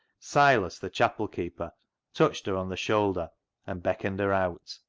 silas, the chapel-keeper, touched her on the shoulder and beckoned her out.